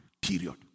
Period